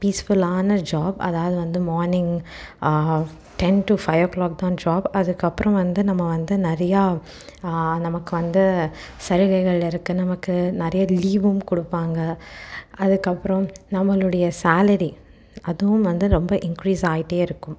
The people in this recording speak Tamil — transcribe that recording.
பீஸ்ஃபுல்லான ஜாப் அதாவது வந்து morning ten to five o'clock தான் ஜாப் அதுக்கப்புறம் வந்து நம்ம வந்து நிறையா நமக்கு வந்து சலுகைகள் இருக்குது நமக்கு நிறைய லீவும் கொடுப்பாங்க அதுக்கப்புறம் நம்மளுடைய சேலரி அதுவும் வந்து ரொம்ப இன்க்ரீஸ் ஆகிட்டே இருக்கும்